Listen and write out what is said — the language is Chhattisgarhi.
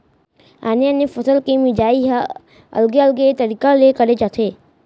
आने आने फसल के मिंजई ह अलगे अलगे तरिका ले करे जाथे